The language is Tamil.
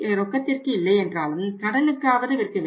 ரொக்கத்திற்கு இல்லையென்றாலும் கடனுக்காவது விற்க வேண்டும்